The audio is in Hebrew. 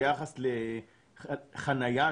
ביחס לחניה,